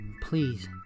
please